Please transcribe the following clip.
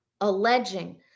alleging